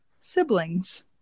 siblings